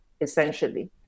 essentially